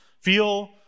Feel